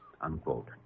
Unquote